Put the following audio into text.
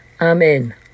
Amen